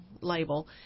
label